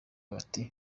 bati